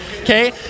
okay